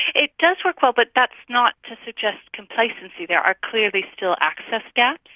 it does work well, but that's not to suggest complacency. there are clearly still access gaps.